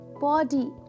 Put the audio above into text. body